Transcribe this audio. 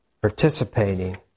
participating